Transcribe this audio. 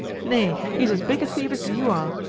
nay, he is as big a thief as you are.